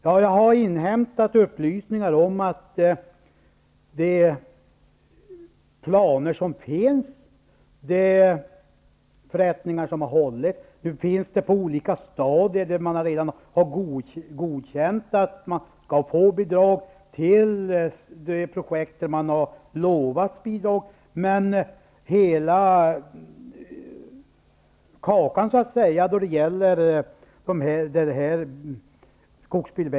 jag har inhämtat upplysningar om de planer som finns och de förrättningar som har hållits. Man har på olika stadier redan godkänt att bidrag skall ges till projekt.